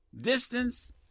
Distance